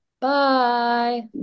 Bye